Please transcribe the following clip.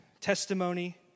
testimony